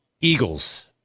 Eagles